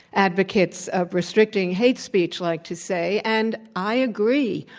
advocates of restricting hate speech like to say, and i agree,